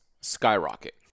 skyrocket